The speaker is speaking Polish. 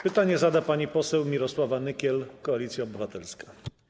Pytanie zada pani poseł Mirosława Nykiel, Koalicja Obywatelska.